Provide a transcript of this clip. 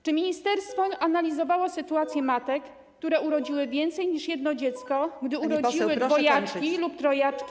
Czy ministerstwo analizowało sytuację matek, które urodziły więcej niż jedno dziecko, gdy urodziły dwojaczki lub trojaczki.